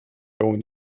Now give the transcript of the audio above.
going